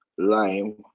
Lime